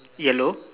yellow